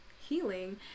healing